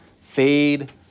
fade